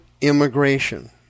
immigration